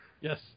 Yes